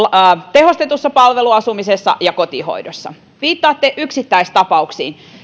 tehostetussa palveluasumisessa ja kotihoidossa viittaatte yksittäistapauksiin